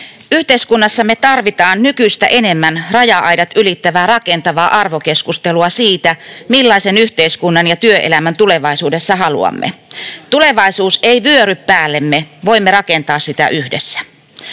Yhteiskunnassamme tarvitaan nykyistä enemmän raja-aidat ylittävää, rakentavaa arvokeskustelua siitä, millaisen yhteiskunnan ja työelämän tulevaisuudessa haluamme. Tulevaisuus ei vyöry päällemme, voimme rakentaa sitä yhdessä.